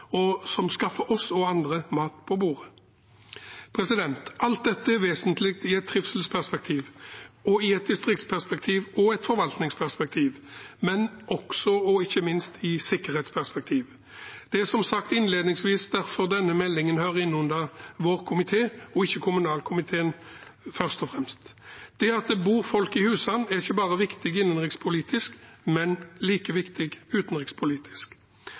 og som skaffer oss og andre mat på bordet. Alt dette er vesentlig i et trivselsperspektiv, i et distriktsperspektiv og i et forvaltningsperspektiv, men også – og ikke minst – i et sikkerhetsperspektiv. Det er som sagt innledningsvis derfor denne meldingen hører innunder vår komité og ikke kommunalkomiteen, først og fremst. Det at det bor folk i husene er ikke bare viktig innenrikspolitisk, men like viktig utenrikspolitisk.